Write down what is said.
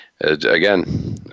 Again